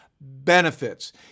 benefits